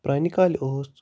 پرانہِ کالہِ اوس